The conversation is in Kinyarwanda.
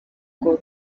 ngo